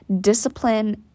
Discipline